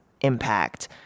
impact